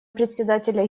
председателя